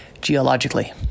geologically